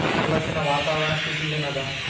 ಇವತ್ತಿನ ವಾತಾವರಣ ಸ್ಥಿತಿ ಏನ್ ಅದ?